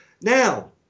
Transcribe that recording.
now